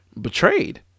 betrayed